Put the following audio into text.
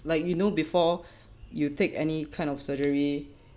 like you know before you take any kind of surgery